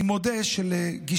אני מודה שלגישתי